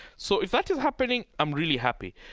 so if that is happening, i'm really happy.